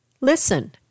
Listen